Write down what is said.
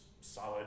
solid